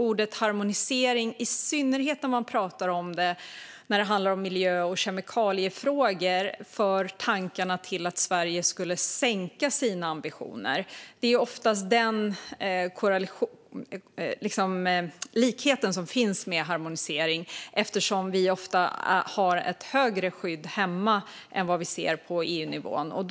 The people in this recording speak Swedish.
Ordet harmonisering för tankarna, i synnerhet när det handlar om miljö och kemikaliefrågor, till att Sverige skulle sänka sina ambitioner. Det är oftast den likheten som finns med harmonisering, eftersom vi ofta har ett högre skydd hemma än vad vi ser på EU-nivå.